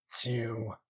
two